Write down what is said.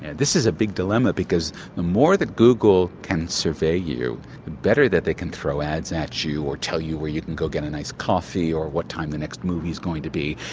this is a big dilemma because the more that google can survey you, the better that they can throw ads at you or tell you where you can go get a nice coffee or what time the next movie is going to be.